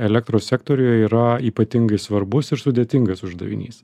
elektros sektoriuje yra ypatingai svarbus ir sudėtingas uždavinys